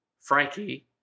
Frankie